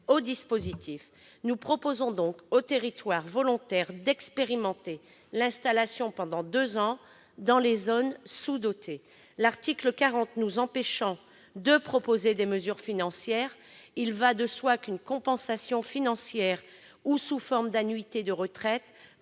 au dispositif. Nous proposons donc aux territoires volontaires d'expérimenter l'installation pendant deux ans dans les zones sous-dotées. L'article 40 de la Constitution nous empêchant de proposer des mesures financières, une compensation financière, sous forme d'annuités de retraite,